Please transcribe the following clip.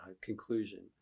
conclusion